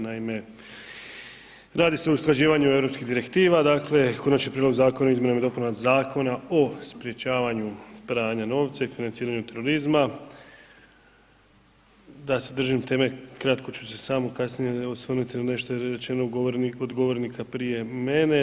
Naime, radi se o usklađivanju Europskih Direktiva, dakle Konačni prijedlog Zakona o izmjenama i dopunama Zakona o sprječavanju pranja novca i financiranju terorizma, da se držim teme kratko ću se samo kasnije osvrnuti na nešto rečeno kod govornika prije mene.